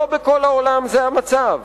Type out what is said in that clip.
לא בכל העולם זה המצב.